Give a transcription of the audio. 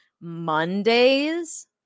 Mondays